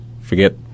forget